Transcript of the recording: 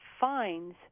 fines